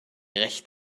recht